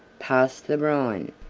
passed the rhine,